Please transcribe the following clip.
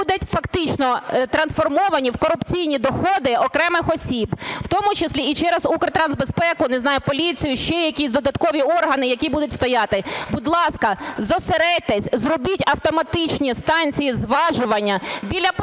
будуть фактично трансформовані в корупційні доходи окремих осіб, у тому числі і через Укртрансбезпеку, не знаю, поліцію, ще якісь додаткові органи, які будуть стояти. Будь ласка, зосередьтеся, зробіть автоматичні станції зважування біля портів,